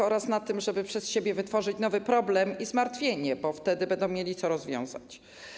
Polegają na tym, żeby przez siebie wytworzyć nowy problem i zmartwienie, bo wtedy będą mieli co rozwiązać.